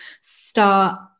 start